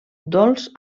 dolç